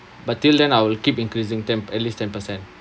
but until then I'll keep increasing ten at least ten percent